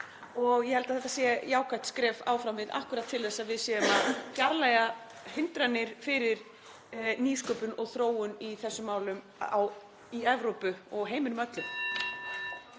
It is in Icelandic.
Ég held að þetta sé jákvætt skref fram á við akkúrat til þess að við séum að fjarlægja hindranir fyrir nýsköpun og þróun í þessum málum í Evrópu og í heiminum öllum.